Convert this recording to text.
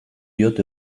diot